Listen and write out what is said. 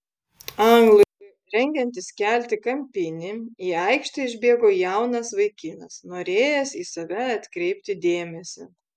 anglui rengiantis kelti kampinį į aikštę išbėgo jaunas vaikinas norėjęs į save atkreipti dėmesį